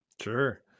Sure